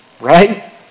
right